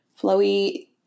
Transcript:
flowy